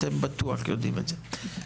אתם בטוח יודעים את זה.